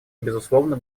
безусловно